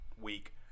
week